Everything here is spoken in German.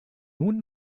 nun